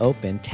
Open